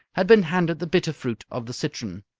had been handed the bitter fruit of the citron.